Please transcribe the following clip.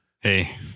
Hey